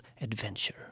adventure